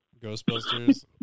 Ghostbusters